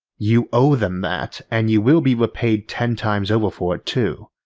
you owe them that and you will be repaid ten times over for it too.